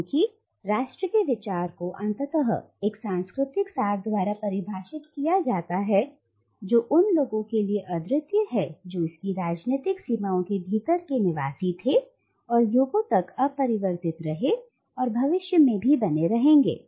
क्योंकि राष्ट्र के विचार को अंततः एक सांस्कृतिक सार द्वारा परिभाषित किया गया है जो उन लोगों के लिए अद्वितीय है जो इसकी राजनीतिक सीमाओं के भीतर के निवासी थे और जो युगों तक अपरिवर्तित रहे और भविष्य में भी बने रहेंगे